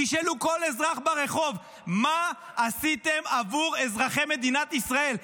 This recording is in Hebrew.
תשאלו כל אזרח ברחוב מה עשיתם עבור אזרחי מדינת ישראל.